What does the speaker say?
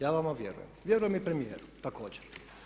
Ja vama vjerujem, vjeruje vam i premijer također.